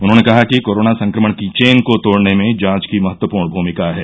उन्होंने कहा कि कोरोना संक्रमण की चेन को तोड़ने में जांच की महत्वपूर्ण भूमिका है